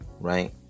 right